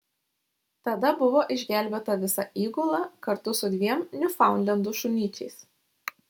tada buvo išgelbėta visa įgula kartu su dviem niufaundlendų šunyčiais